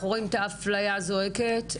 את האפליה הזועקת,